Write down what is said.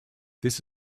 this